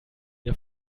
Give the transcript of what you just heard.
der